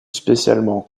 spécialement